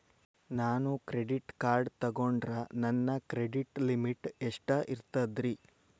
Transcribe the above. ನಾನು credit card ತೊಗೊಂಡ್ರ ನನ್ನ ಕ್ರೆಡಿಟ್ ಲಿಮಿಟ್ ಎಷ್ಟ ಇರ್ತದ್ರಿ?